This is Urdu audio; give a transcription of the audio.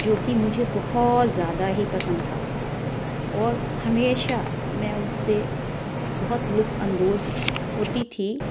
جو کہ مجھے بہت زیادہ ہی پسند تھا اور ہمیشہ میں اس سے بہت لطف اندوز ہوتی تھی